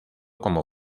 como